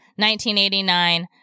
1989